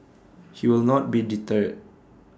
he will not be deterred